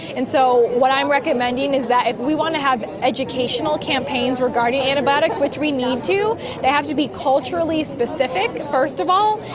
and so what i am recommending is that if we want to have educational campaigns regarding antibiotics, which we need to, they have to be culturally specific first of all,